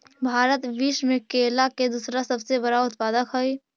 भारत विश्व में केला के दूसरा सबसे बड़ा उत्पादक हई